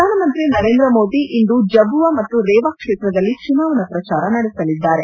ಪ್ರಧಾನಮಂತ್ರಿ ನರೇಂದ್ರ ಮೋದಿ ಇಂದು ಜಬುವಾ ಮತ್ತು ರೇವಾ ಕ್ಷೇತ್ರದಲ್ಲಿ ಚುನಾವಣೆ ಪ್ರಚಾರ ನಡೆಸಲಿದ್ದಾರೆ